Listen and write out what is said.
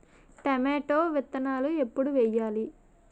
Tomato విత్తనాలు ఎప్పుడు వెయ్యాలి?